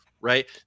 Right